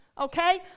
okay